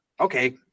okay